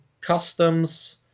customs